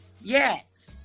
yes